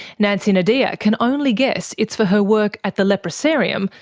nancy nodea can only guess it's for her work at the leprosarium,